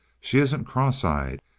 she isn't cross-eyed,